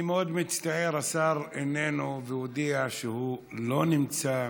אני מאוד מצטער, השר איננו, והודיע שהוא לא נמצא.